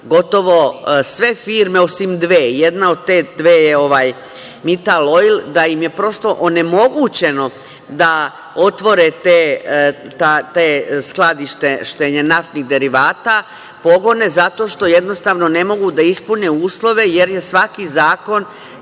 gotovo sve firme osim dve, jedna od te dve je „Mitan Oil“, da im je prosto onemogućeno da otvore ta skladišta naftnih derivata, pogone zato što jednostavno ne mogu da ispune uslove, jer je svaki zakon